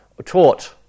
taught